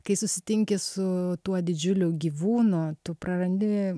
kai susitinki su tuo didžiuliu gyvūnu tu prarandi